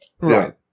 Right